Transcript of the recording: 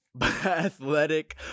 athletic